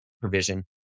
provision